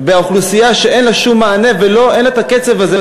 באוכלוסייה שאין לה שום מענה ואין לה הכסף הזה,